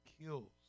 Kills